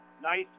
Nice